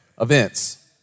events